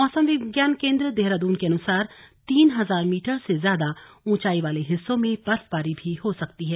मौसम विज्ञान केंद्र देहरादून के अनुसार तीन हजार मीटर से ज्यादा ऊंचाई वाले हिस्सों में बर्फबारी भी हो सकती है